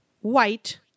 white